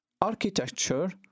architecture